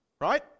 Right